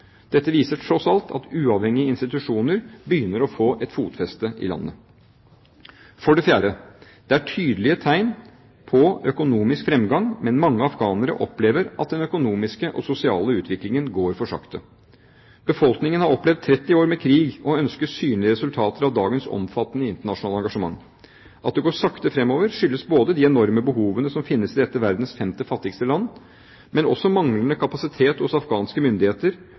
Dette viser tross alt at uavhengige institusjoner begynner å få et fotfeste i landet. For det fjerde: Det er tydelige tegn på økonomisk fremgang, men mange afghanere opplever at den økonomiske og sosiale utviklingen går for sakte. Befolkningen har opplevd 30 år med krig og ønsker synlige resultater av dagens omfattende internasjonale engasjement. At det går sakte fremover, skyldes de enorme behovene som finnes i dette verdens femte fattigste land, men også manglende kapasitet hos afghanske myndigheter,